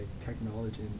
technology